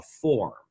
form